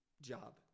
job